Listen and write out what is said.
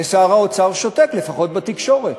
ושר האוצר שותק, לפחות בתקשורת.